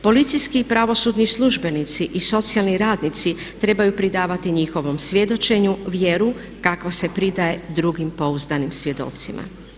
Policijski pravosudni službenici i socijalni radnici trebaju pridavati njihovom svjedočenju vjeru kakva se pridaje drugim pouzdanim svjedocima.